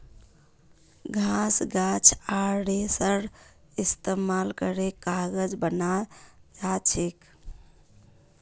घास गाछ आर रेशार इस्तेमाल करे कागज बनाल जाछेक